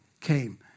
came